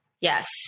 Yes